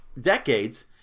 decades